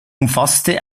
umfasste